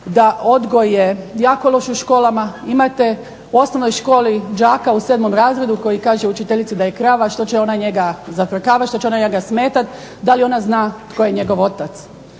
da odgoj je jako loš u školama. Imate u osnovnoj školi đaka u 7 razredu koji kaže učiteljici da je krava, što će ona njega zafrkavati, što će ona njega smetati, da li ona zna tko je njegov otac.